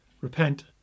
Repent